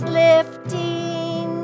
lifting